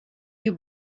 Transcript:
you